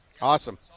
Awesome